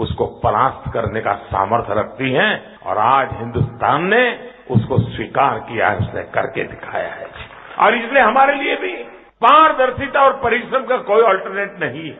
उसको परास्त करने का सामर्थय रखती हैं और आज हिन्दुस्तान ने उसको स्वीकार किया है उसने करके दिखाया है आज और इसलिये हमारे लिए भी पास्दर्शिता और परिश्रम का कोई अल्टर्नेट नही है